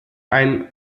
ein